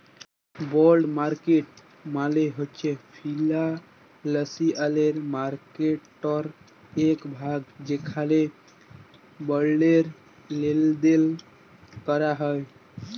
বল্ড market মালে হছে financial মার্কেটটর একট ভাগ যেখালে বল্ডের লেলদেল ক্যরা হ্যয়